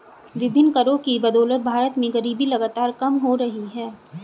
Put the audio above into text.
विभिन्न करों की बदौलत भारत में गरीबी लगातार कम हो रही है